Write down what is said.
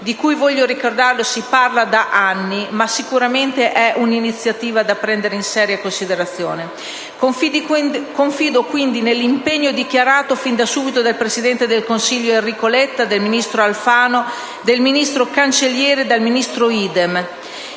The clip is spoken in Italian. (di cui, voglio ricordarlo, si parla da anni), che sicuramente è un'iniziativa da prendere in seria considerazione. Confido quindi, nell'impegno dichiarato fin da subito dal presidente del Consiglio, Enrico Letta, dal ministro Alfano, dal ministro Cancellieri ed dal ministro Idem.